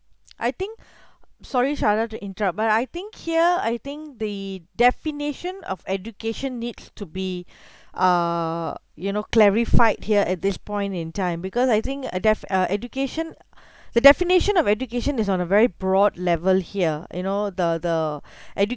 I think sorry shada to interrupt but I think here I think the definition of education needs to be uh you know clarified here at this point in time because I think uh def~ uh education the definition of education is on a very broad level here you know the the